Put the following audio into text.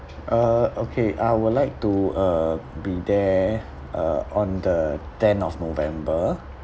uh okay I would like to uh be there uh on the ten of november